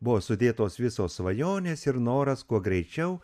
buvo sudėtos visos svajonės ir noras kuo greičiau